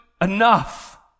enough